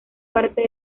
parte